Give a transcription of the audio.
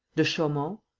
dechaumont,